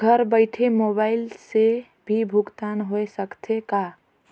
घर बइठे मोबाईल से भी भुगतान होय सकथे का?